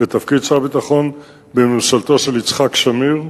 בתפקיד שר ביטחון בממשלתו של יצחק שמיר.